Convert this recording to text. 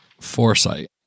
Foresight